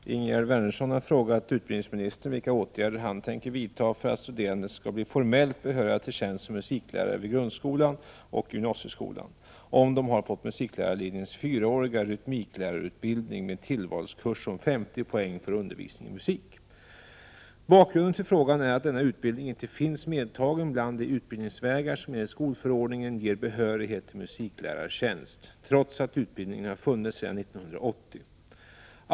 Herr talman! Ingegerd Wärnersson har frågat utbildningsministern vilka åtgärder han tänker vidta för att studerande skall bli formellt behöriga till tjänst som musiklärare vid grundskolan och gymnasieskolan, om de har fått musiklärarlinjens fyraåriga rytmiklärarutbildning med tillvalskurs om 50 poäng för undervisning i musik. Bakgrunden till frågan är att denna utbildning inte finns medtagen bland de utbildningsvägar som enligt skolförordningen ger behörighet till musiklärartjänst, trots att utbildningen har funnits sedan 1980.